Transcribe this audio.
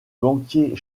banquier